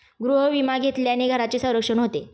गृहविमा घेतल्याने घराचे संरक्षण होते